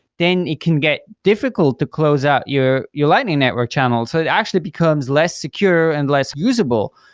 then it can get difficult to close up your your lightning network channel. so it actually becomes less secure and less usable,